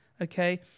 Okay